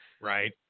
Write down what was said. Right